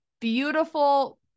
beautiful